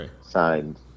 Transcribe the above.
signed